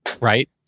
right